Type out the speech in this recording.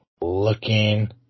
Looking